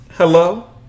Hello